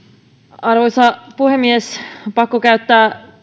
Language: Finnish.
arvoisa puhemies pakko käyttää